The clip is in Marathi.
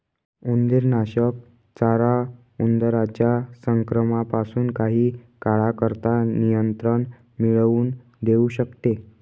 उंदीरनाशक चारा उंदरांच्या संक्रमणापासून काही काळाकरता नियंत्रण मिळवून देऊ शकते